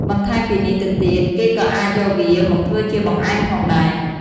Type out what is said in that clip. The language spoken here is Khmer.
បន្ថែមពីនេះទៅទៀតគេក៏អាចយកវាមកធ្វើជាបង្អែមផងដែរ។